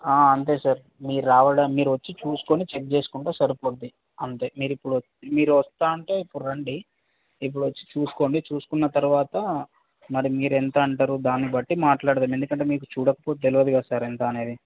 అంతే సార్ మీరు రావడం మీరొచ్చి చూసుకొని చెక్ చేసుకుంటే సరిపోద్ది అంతే మీరిప్పుడు మీరు వస్తే అంటే రండి ఇప్పుడొచ్చి చూసుకోండి చూసుకున్న తరువాత మరి మీరెంత అంటారు దాన్ని బట్టి మాట్లాడుదాం ఎందుకంటే మీరు చూడకపోతే తెలియదు కదా సార్ ఎంత అనేది